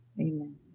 Amen